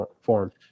form